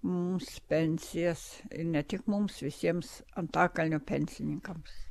mums pensijas ne tik mums visiems antakalnio pensininkams